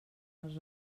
els